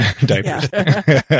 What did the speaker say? diapers